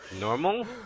Normal